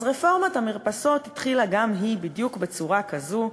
אז רפורמת המרפסות החלה בדיוק בדרך הזאת,